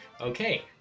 Okay